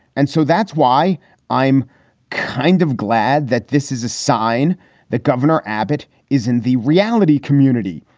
and so that's why i'm kind of glad that this is a sign that governor abbott is in the reality community,